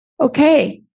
Okay